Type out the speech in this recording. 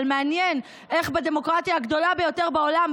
אבל מעניין איך בדמוקרטיה הגדולה ביותר בעולם,